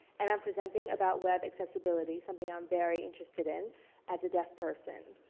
and i'm presenting about web accessibility something i'm very interested in as a deaf person.